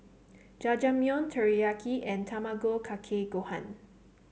Jajangmyeon Teriyaki and Tamago Kake Gohan